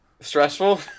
stressful